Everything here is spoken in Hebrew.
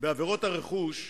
בעבירות הרכוש הקלאסיות: